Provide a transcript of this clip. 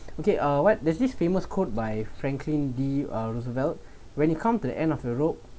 okay uh what does this famous quote by franklin D roosevelt when it come to the end of the rope